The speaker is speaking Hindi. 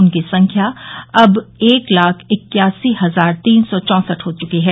उनकी संख्या अब एक लाख इक्यासी हजार तीन सौ चौसठ हो चुकी है